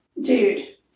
Dude